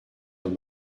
dans